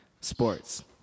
Sports